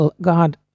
God